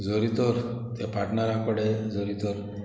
जोरीतोर त्या पार्टनरा कडेन जोरीतर